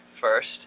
first